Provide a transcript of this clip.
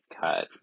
cut